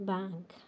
Bank